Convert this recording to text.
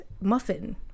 Muffin